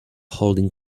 holding